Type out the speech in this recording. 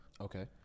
Okay